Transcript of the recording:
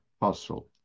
possible